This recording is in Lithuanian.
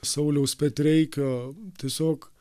sauliaus petreikio tiesiog